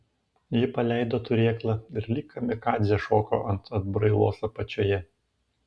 ji paleido turėklą ir lyg kamikadzė šoko ant atbrailos apačioje